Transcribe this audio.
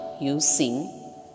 using